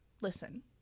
Listen